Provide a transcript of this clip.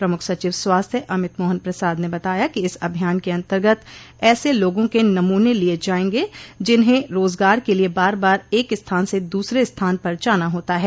प्रमुख सचिव स्वास्थ्य अमित मोहन प्रसाद ने बताया कि इस अभियान के अंतर्गत ऐसे लोगों के नमून लिए जाएंगे जिन्हें रोजगार के लिए बार बार एक स्थान से दूसरे स्थान पर जाना होता है